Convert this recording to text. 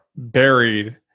Buried